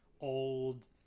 old